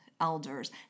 elders